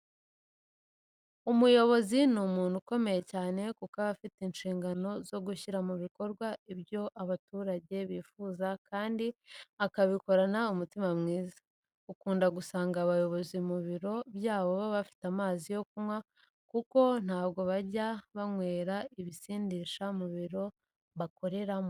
Umuyobozi ni umuntu ukomeye cyane kuko aba afite inshingano zo gushyira mu bikorwa ibyo abaturage bifuza kandi akabikorana umutima mwiza. Ukunda gusanga abayobozi mu biro byabo bafite amazi yo kunywa kuko ntabwo bajya banywera ibisindisha mu biro bakoreramo.